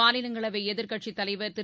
மாநிலங்களவை எதிர்க்கட்சித் தலைவர் திரு